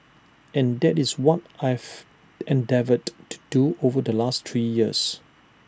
and that is what I've endeavoured to do over the last three years